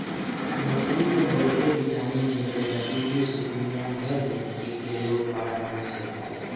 मछरी में बहुते विटामिन मिलेला एही से दुनिया भर में एके लोग बड़ा मन से खाला